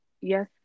yes